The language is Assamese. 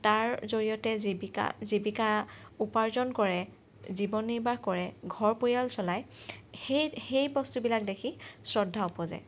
তাৰ জৰিয়তে জীৱিকা জীৱিকা উপাৰ্জন কৰে জীৱন নিৰ্বাহ কৰে ঘৰ পৰিয়াল চলায় সেই সেই বস্তুবিলাক দেখি শ্ৰদ্ধা উপজে